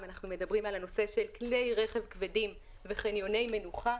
אם אנחנו מדברים על הנושא של כלי רכב כבדים וחניוני מנוחה.